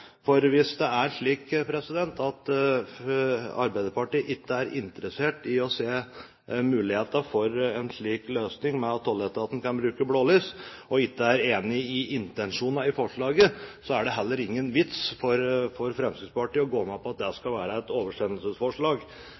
for hvis det er slik at Arbeiderpartiet ikke er interessert i å se mulighetene for en slik løsning med at tolletaten kan bruke blålys og ikke er enig i intensjonene i forslaget, er det heller ingen vits for Fremskrittspartiet å gå med på at det skal være et oversendelsesforslag.